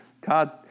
God